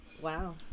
Wow